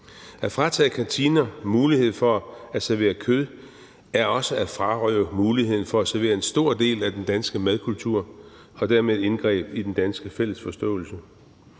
At fratage kantiner muligheden for at servere kød er også at frarøve muligheden for at servere en stor del af den danske madkultur og dermed et indgreb i den danske fælles forståelse.